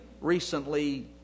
recently